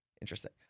Interesting